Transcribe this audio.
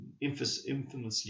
infamously